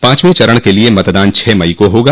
पांचवें चरण के लिए मतदान छः मई को होगा